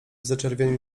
zaczerwienił